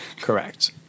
Correct